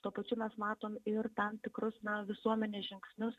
tuo pačiu mes matom ir tam tikrus na visuomenės žingsnius